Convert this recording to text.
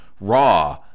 Raw